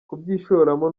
kubyishoramo